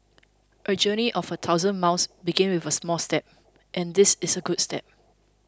A journey of a thousand miles begins with a first step and this is a good step